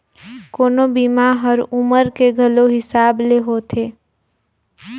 कोनो बीमा हर उमर के घलो हिसाब ले होथे